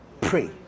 Pray